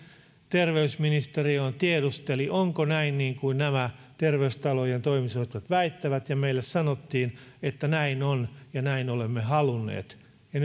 terveysministeriöön ja tiedusteli onko näin niin kuin nämä terveystalojen toimitusjohtajat väittävät ja meille sanottiin että näin on ja näin olemme halunneet